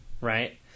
Right